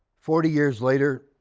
forty years later,